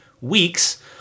weeks